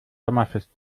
sommerfest